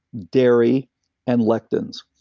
dairy and lectins.